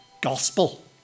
gospel